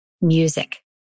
music